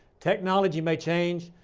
technology may change,